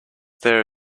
there